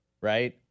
right